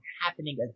happening